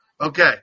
Okay